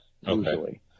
usually